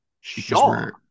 Sure